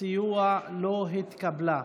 סיוע לא התקבלה.